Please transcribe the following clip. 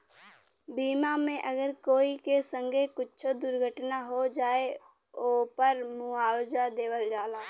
बीमा मे अगर कोई के संगे कुच्छो दुर्घटना हो जाए, ओपर मुआवजा देवल जाला